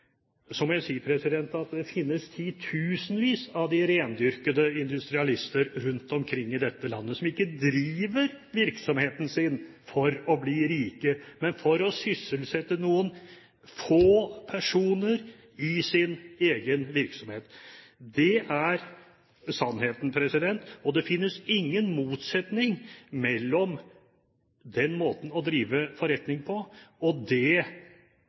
så må jeg si at det finnes titusenvis av rendyrkede industrialister rundt omkring i dette landet som ikke driver virksomhetene sine for å bli rike, men for å sysselsette noen få personer i sin egen virksomhet. Det er sannheten, og det finnes ingen motsetning mellom den måten å drive forretning på og det